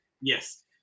Yes